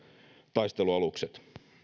taistelualukset